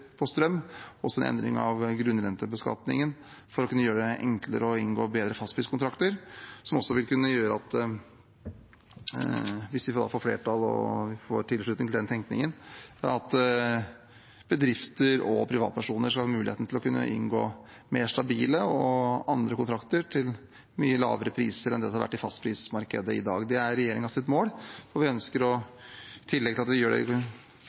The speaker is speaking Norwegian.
Hvis vi får flertall og tilslutning til den tenkningen, vil bedrifter og privatpersoner kunne ha muligheten til å inngå mer stabile og andre kontrakter til mye lavere priser enn det som har vært i fastprismarkedet i dag. Det er regjeringens mål. I tillegg til at vi gjør disse mer kortsiktige tiltakene, jobber vi med mer langsiktige tiltak for å få mer trygghet og mer stabilitet i energisituasjonen for folk og bedrifter. Det blir replikkordskifte. La meg starte med å si at jeg synes det